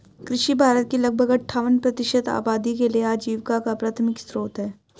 कृषि भारत की लगभग अट्ठावन प्रतिशत आबादी के लिए आजीविका का प्राथमिक स्रोत है